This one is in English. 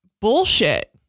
bullshit